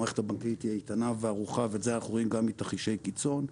המערכת הבנקאית היא איתנה וערוכה ואנחנו רואים גם מתרחישי קיצון.